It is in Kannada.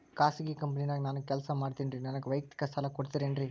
ಖಾಸಗಿ ಕಂಪನ್ಯಾಗ ನಾನು ಕೆಲಸ ಮಾಡ್ತೇನ್ರಿ, ನನಗ ವೈಯಕ್ತಿಕ ಸಾಲ ಕೊಡ್ತೇರೇನ್ರಿ?